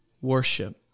worship